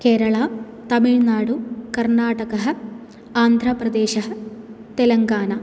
केरला तमिल्नाडु कर्णाटकः आन्ध्रप्रदेशः तेलङ्गाना